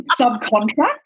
subcontract